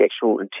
actual